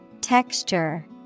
Texture